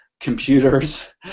computers